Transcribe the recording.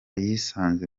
yisanze